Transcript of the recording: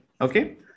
Okay